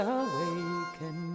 awaken